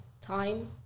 time